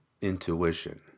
intuition